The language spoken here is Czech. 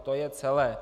To je celé.